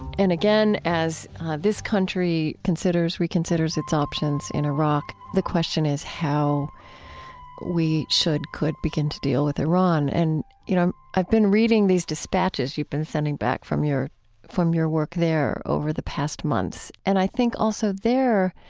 and again, as this country considers, reconsiders its options in iraq, the question is how we should could begin to deal with iran. and you know, i've been reading these dispatches you've been sending back from your from your work there over the past months. and i think also there,